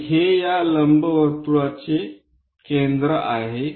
तर हे या लंबवर्तुळाचे केंद्र आहे